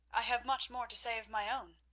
i have much more to say of my own.